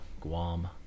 Guam